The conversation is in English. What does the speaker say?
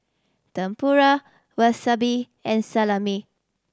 Tempura Wasabi and Salami